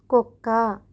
కుక్క